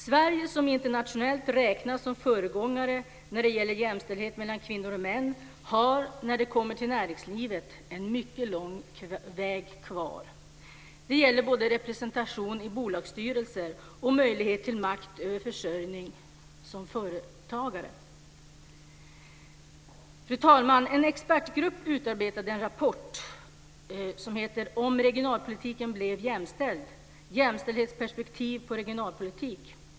Sverige, som internationellt räknas som föregångsland när det gäller jämställdhet mellan kvinnor och män, har när det gäller näringslivet en mycket lång väg kvar. Det gäller både representation i bolagsstyrelser och möjlighet till makt över sin försörjning som företagare. Fru talman! En expertgrupp har utarbetat en rapport, Om regionalpolitiken blev jämställd - jämställdhetsperspektiv på regionalpolitik.